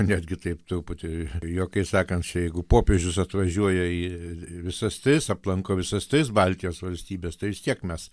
netgi taip truputį juokais sakant čia jeigu popiežius atvažiuoja į visas tris aplanko visas tris baltijos valstybes tai vis tiek mes